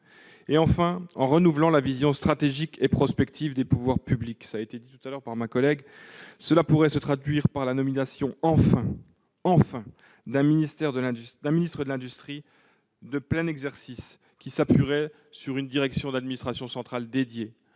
enfin, en renouvelant la vision stratégique et prospective des pouvoirs publics, cela a été dit par ma collègue. Cela pourrait se traduire par la nomination- enfin ! -d'un ministre de l'industrie de plein exercice, qui s'appuierait sur une direction d'administration centrale dédiée.